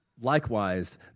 Likewise